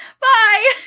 bye